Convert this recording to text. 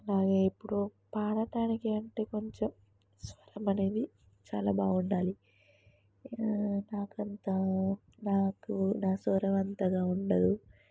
అలాగే ఇప్పుడు పాడటానికి అంటే కొంచెం స్వరం అనేది చాలా బాగుండాలి నాకు అంత నాకు నా స్వరం అంతగా ఉండదు